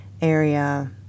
area